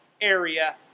area